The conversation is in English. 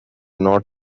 not